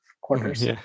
quarters